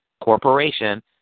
corporation